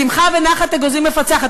בשמחה ונחת אגוזים מפצחת.